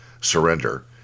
Surrender